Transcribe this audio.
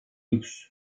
lüks